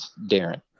Darren